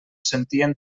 sentien